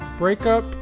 Breakup